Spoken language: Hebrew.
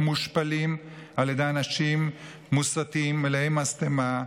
הם מושפלים על ידי אנשים מוסתים, מלאי משטמה,